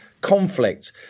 conflict